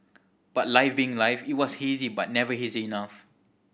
but life being life it was hazy but never hazy enough